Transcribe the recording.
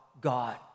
God